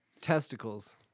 Testicles